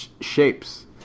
shapes